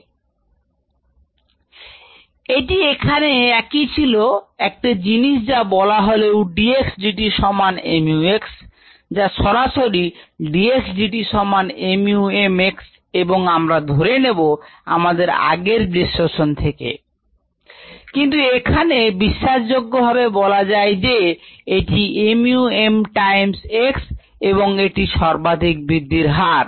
If S≫KS then mSKSSmSSm এটি এখানে একই ছিল একটি জিনিস যা বলা হলেও dx dt সমান mu x যা সরাসরি dx dt সমান mu m x এবং আমরা ধরে নেব আমাদের আগের বিশ্লেষণ থেকে কিন্ত এখানে বিশ্বাসযোগ্যভাবে বলা যায় যে এটি mu m times x এবং এটি সর্বাধিক বৃদ্ধির হার